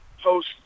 post